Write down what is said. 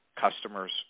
customers